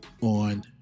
On